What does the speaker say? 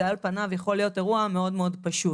זה על פניו יכול להיות אירוע מאוד מאוד פשוט,